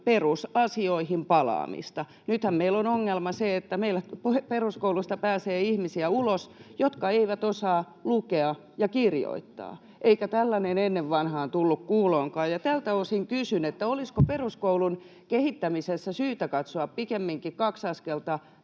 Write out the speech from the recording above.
perusasioihin palaamista. Nythän meillä on ongelma se, että meillä peruskoulusta pääsee ulos ihmisiä, jotka eivät osaa lukea ja kirjoittaa, eikä tällainen ennen vanhaan tullut kuuloonkaan. Tältä osin kysyn: olisiko peruskoulun kehittämisessä syytä katsoa pikemminkin kaksi askelta